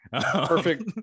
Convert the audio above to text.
Perfect